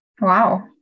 Wow